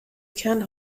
kern